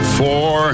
four